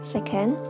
Second